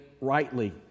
rightly